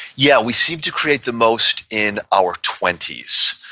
yeah. we seem to create the most in our twenty s.